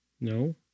No